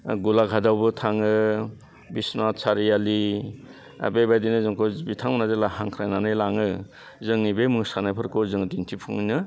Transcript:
गलाघाटआवबो थाङो बिस्वनाथ सारियालि बेबायदिनो जोंखौ बिथांमोना जेला हांख्रायनानै लाङो जोंनि बे मोसानायफोरखौ जोङो दिन्थिफुंहैनो